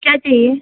क्या चाहिए